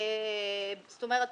זאת אומרת,